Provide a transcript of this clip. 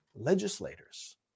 legislators